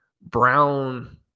Brown